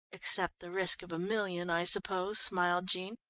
except the risk of a million, i suppose, smiled jean.